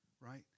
right